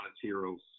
heroes